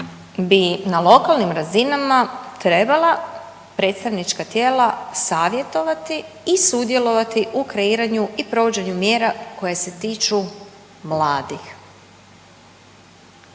bi na lokalnim razinama trebala predstavnička tijela savjetovati i sudjelovati u kreiranju i provođenju mjera koje se tiču mladih.